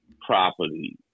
property